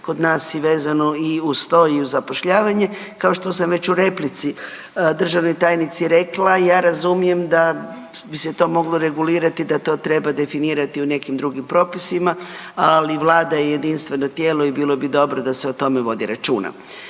kod nas i vezano i uz to i uz zapošljavanje. Kao što sam već u replici državnoj tajnici rekla ja razumijem da bi se to moglo regulirati, da to treba definirati u nekim drugim propisima, ali Vlada je jedinstveno tijelo i bilo bi dobro da se o tome vodi računa.